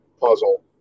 puzzle